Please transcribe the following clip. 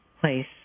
place